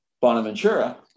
Bonaventura